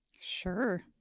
Sure